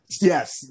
yes